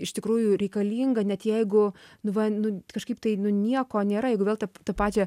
iš tikrųjų reikalinga net jeigu nu va nu kažkaip tai nu nieko nėra jeigu vėl tą tą pačią